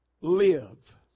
Live